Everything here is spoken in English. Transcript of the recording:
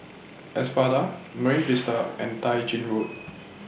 Espada Marine Vista and Tai Gin Road